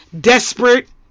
desperate